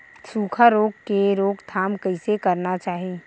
सुखा रोग के रोकथाम कइसे करना चाही?